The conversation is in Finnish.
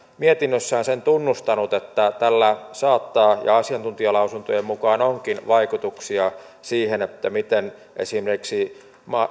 mietinnössään sen tunnustanut että tällä saattaa olla ja asiantuntijalausuntojen mukaan onkin vaikutuksia siihen miten esimerkiksi